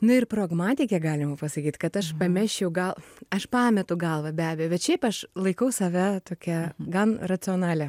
nu ir pragmatikė galima pasakyt kad aš pamesčiau gal aš pametu galvą be abejo bet šiaip aš laikau save tokia gan racionalia